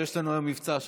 ויש לנו היום מבצע,